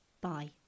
Bye